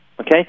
Okay